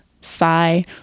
Sigh